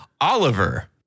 Oliver